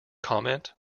comment